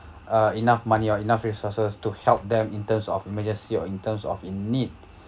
uh enough money or enough resources to help them in terms of emergency or in terms of in need